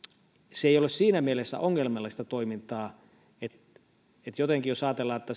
se ei ole siinä mielessä ongelmallista toimintaa että jos ajatellaan että